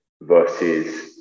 versus